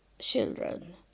Children